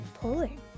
pulling